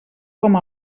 com